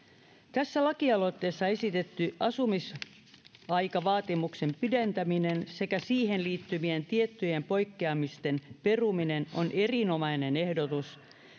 tässä lakialoitteessa esitetty asumisaikavaatimuksen pidentäminen sekä siihen liittyvien tiettyjen poikkeamisten peruminen on erinomainen ehdotus siitä